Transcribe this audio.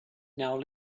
now